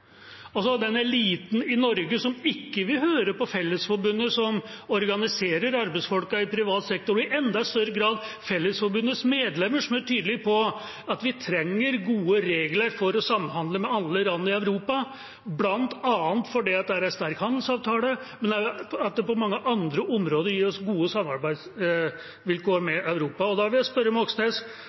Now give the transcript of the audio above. i Norge som ikke vil høre på Fellesforbundet, som organiserer arbeidsfolk i privat sektor, og i enda større grad Fellesforbundets medlemmer, som er tydelige på at vi trenger gode regler for å samhandle med alle land i Europa, bl.a. fordi det er en sterk handelsavtale, men også fordi det på mange andre områder gir oss gode samarbeidsvilkår med Europa. Da vil jeg spørre Moxnes: